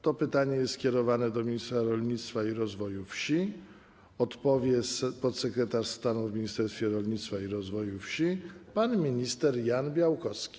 To pytanie jest skierowane do ministra rolnictwa i rozwoju wsi, odpowie na nie podsekretarz stanu w Ministerstwie Rolnictwa i Rozwoju Wsi pan minister Jan Białkowski.